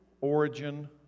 origin